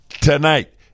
Tonight